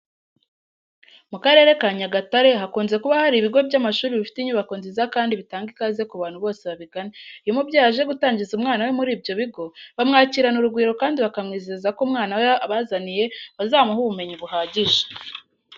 Mu karere ka Nyagatare hakunze kuba hari ibigo by'amashuri bifite inyubako nziza kandi bitanga ikaze ku bantu bose babigana. Iyo umubeyi aje gutangiza umwana we muri ibyo bigo, bamwakirana urugwiro kandi bakamwizeza ko umwana we abazaniye bazamuha ubumenyi buhagije.